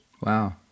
Wow